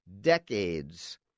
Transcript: decades